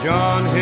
John